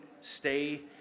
stay